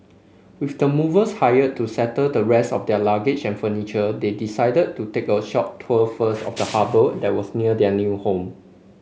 with the movers hired to settle the rest of their luggage and furniture they decided to take a short tour first of the harbour that was near their new home